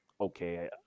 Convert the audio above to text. okay